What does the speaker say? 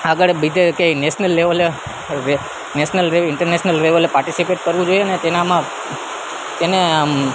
આગળ બીજે ક્યાંય નેશનલ લેવલે નેશનલ લેવલ ઈન્ટરનેશનલ લેવલે પાર્ટીસપેટ કરવું જોઈએ અને તેનામાં તેને આમ